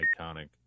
iconic